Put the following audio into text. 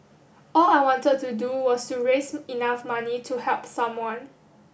all I wanted to do was to raise enough money to help someone